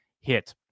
hit